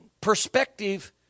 Perspective